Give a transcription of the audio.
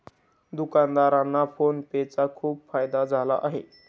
दुकानदारांना फोन पे चा खूप फायदा झाला आहे